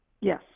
Yes